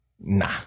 Nah